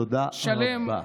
תודה רבה.